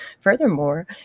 Furthermore